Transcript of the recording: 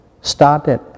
started